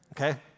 okay